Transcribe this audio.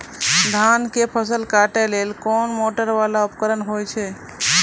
धान के फसल काटैले कोन मोटरवाला उपकरण होय छै?